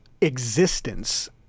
existence